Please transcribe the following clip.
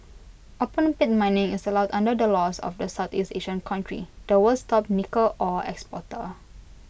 open pit mining is allowed under the laws of the Southeast Asian country the world's top nickel ore exporter